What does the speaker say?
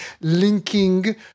linking